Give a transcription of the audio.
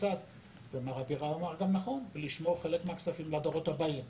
מר אביר גם אמר נכון לשמור חלק מהכספים לדורות הבאים.